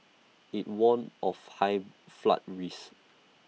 IT warned of high flood risk